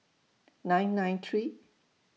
nine nine three